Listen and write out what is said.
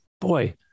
boy